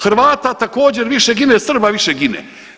Hrvata također više gine, Srba više gine.